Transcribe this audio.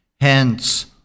Hence